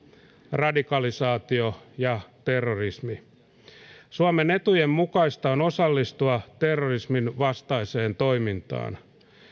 radikalisaatio ja terrorismi suomen etujen mukaista on osallistua terrorisminvastaiseen toimintaan